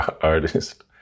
artist